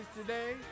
today